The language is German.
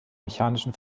mechanischen